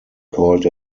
called